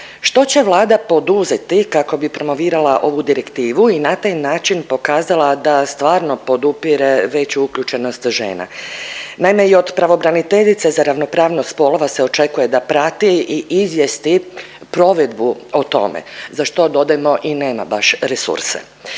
što će Vlada poduzeti kako bi promovirala ovu direktivu i na taj način pokazala da stvarno podupire veću uključenost žena? Naime, i od pravobraniteljice za ravnopravnost spolova se očekuje da prati i izvijesti provedbu o tome, za što, dodajmo, i nema baš resurse.